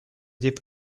deep